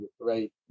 right